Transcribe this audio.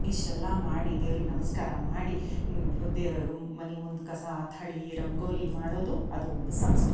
ಇಷ್ಟೆಲ್ಲ ಮಾಡಿ ದೇವ್ರಿಗೆ ನಮಸ್ಕಾರ ಮಾಡಿ ದೇ ಮನೆ ಮುಂದೆ ಕಸ ಥಳಿ ರಂಗೋಲಿ ಮಾಡೋದು ಅದು ಒಂದು ಸಂಸ್ಕೃತಿ